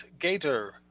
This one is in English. Gator